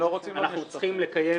אנחנו צריכים לקיים